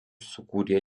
sukūrė